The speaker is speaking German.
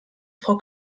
frau